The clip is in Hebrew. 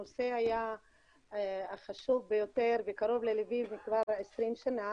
הנושא היה חשוב ביותר וקרוב ללבי וכבר 20 שנה